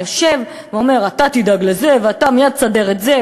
יושב ואומר: אתה תדאג לזה ואתה מייד תסדר את זה,